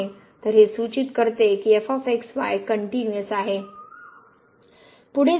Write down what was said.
तर हे सूचित करते की f x y कनट्युनिअस आहे